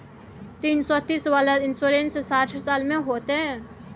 तीन सौ तीस वाला इन्सुरेंस साठ साल में होतै?